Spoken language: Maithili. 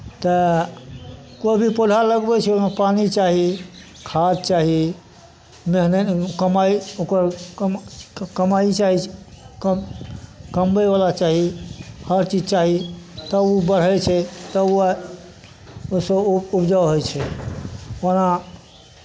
तऽ कोइ भी पौधा लगबै छै ओहिमे पानि चाही खाद चाही मेहनति कमाइ ओकर कम क कमाइ चाही कम कमबयवला चाही हर चीज चाही तब ओ बढ़ै छै तऽ ओ ओहिसँ उपजा होइ छै ओना